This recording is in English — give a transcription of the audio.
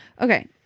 Okay